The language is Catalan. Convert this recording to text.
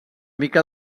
mica